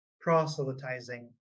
proselytizing